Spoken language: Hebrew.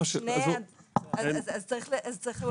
לא